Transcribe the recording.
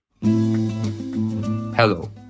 Hello